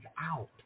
out